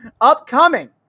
Upcoming